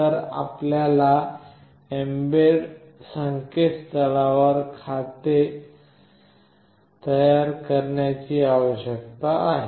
तर आपल्याला mbed संकेतस्थळावर खाते तयार करण्याची आवश्यकता आहे